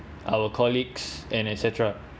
our colleagues and et cetera